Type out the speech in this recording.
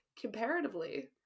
Comparatively